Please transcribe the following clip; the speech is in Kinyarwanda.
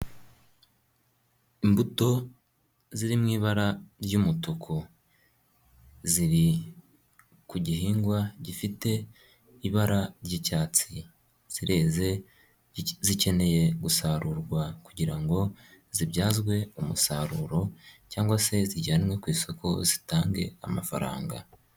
Imbuto ziri mu ibara ry'umutuku, ziri ku gihingwa gifite ibara ry'icyatsi, zireze zikeneye gusarurwa kugira ngo zibyazwe umusaruro cyangwa se zijyanwe ku isoko zitange amafaranga.